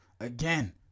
Again